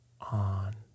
on